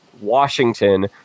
Washington